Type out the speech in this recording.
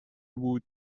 بود